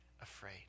afraid